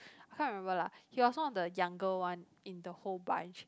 I can't remember lah he was one of the younger one in the whole bunch